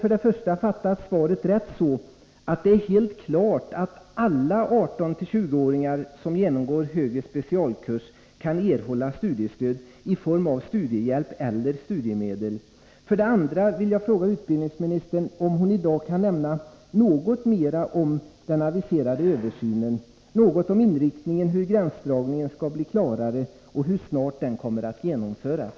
För det första: Har jag fattat svaret rätt, om jag menar att det är helt klart att alla 18-20-åringar som genomgår högre specialkurs kan erhålla studiestöd i form av studiehjälp eller studiemedel? För det andra: Kan utbildningsministern i dag säga något mer om den aviserade översynen och dess inriktning? Hur skall gränsdragningen bli klarare, och hur snart kommer översynen att genomföras?